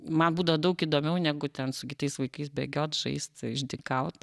man būdavo daug įdomiau negu ten su kitais vaikais bėgiot žaist išdykaut